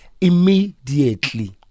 immediately